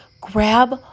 Grab